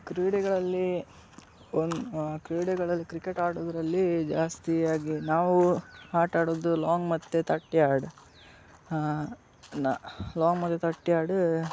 ಕ್ರೀಡೆಗಳಲ್ಲಿ ಒಂದು ಕ್ರೀಡೆಗಳಲ್ಲಿ ಕ್ರಿಕೆಟ್ ಆಡೋದ್ರಲ್ಲೀ ಜಾಸ್ತಿಯಾಗಿ ನಾವು ಆಟಾಡುದು ಲಾಂಗ್ ಮತ್ತು ತರ್ಟಿ ಯಾರ್ಡ್ ನ ಲಾಂಗ್ ಮತ್ತೆ ಥರ್ಟಿ ಯಾರ್ಡ್